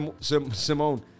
Simone